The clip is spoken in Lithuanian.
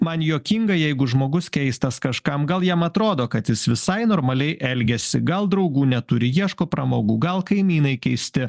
man juokinga jeigu žmogus keistas kažkam gal jam atrodo kad jis visai normaliai elgiasi gal draugų neturi ieško pramogų gal kaimynai keisti